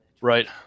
Right